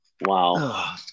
Wow